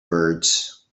birds